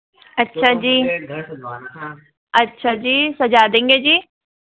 अच्छा जी अच्छा जी सजा देंगे जी